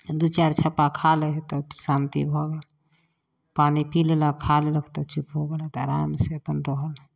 दू चारि छप्पा खा लै है तब शान्ति भऽ गेल पानि पी लेलक खा लेलक तऽ चुप हो गेलक आरामसँ अपन रहल